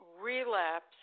relapse